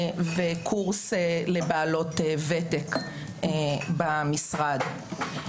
וקורס לבעלות וותק במשרד.